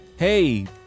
hey